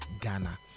ghana